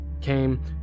came